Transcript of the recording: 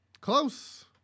Close